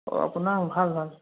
অঁ আপোনাৰ ভাল ভাল